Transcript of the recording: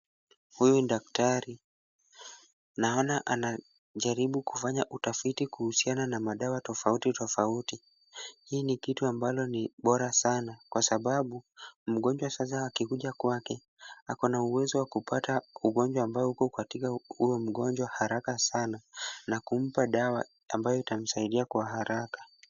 Huyu ni daktari, naona anajaribu kufanya utafiti kuhusiana na madawa tofauti tofauti, hii ni kitu ambalo ni bora sana, kwa sababu mgonjwa sasa akikuja kwake ako na uwezo wa kupata ugonjwa ambao uko katika huyo mgonjwa haraka sana na kumpa dawa ambayo itamsaidia kwa haraka.